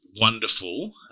wonderful